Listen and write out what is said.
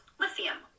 lithium